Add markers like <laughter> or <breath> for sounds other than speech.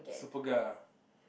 Superga <breath>